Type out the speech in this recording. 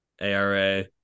ARA